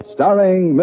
Starring